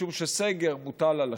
משום שסגר מוטל על השטחים,